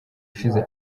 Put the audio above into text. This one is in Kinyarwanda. ushize